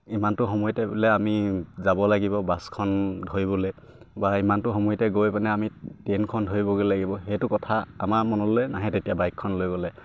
ইমানটো সময়তে বোলে আমি যাব লাগিব বাছখন ধৰিবলে বা ইমানটো সময়তে গৈ পিনে আমি ট্ৰেইনখন ধৰিবগে লাগিব সেইটো কথা আমাৰ মনলৈ নাহে তেতিয়া বাইকখন লৈ গ'লে